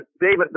David